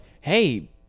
Hey